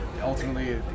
ultimately